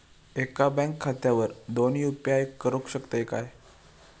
एका बँक खात्यावर दोन यू.पी.आय करुक शकतय काय?